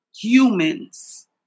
humans